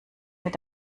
mit